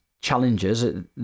challenges